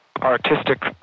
artistic